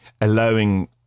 allowing